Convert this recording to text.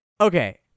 Okay